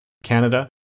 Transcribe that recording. Canada